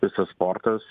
visas sportas